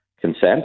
consent